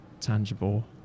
tangible